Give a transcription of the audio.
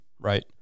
Right